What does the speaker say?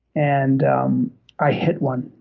and um i hit one.